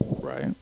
Right